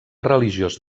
religiós